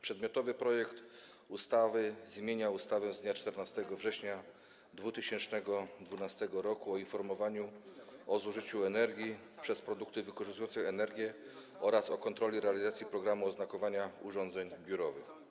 Przedmiotowy projekt ustawy zmienia ustawę z dnia 14 września 2012 r. o informowaniu o zużyciu energii przez produkty wykorzystujące energię oraz o kontroli realizacji programu oznakowania urządzeń biurowych.